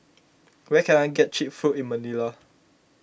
where can I get Cheap Food in Manila